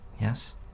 yes